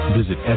visit